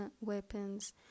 weapons